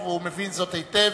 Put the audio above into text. והוא מבין זאת היטב.